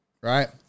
Right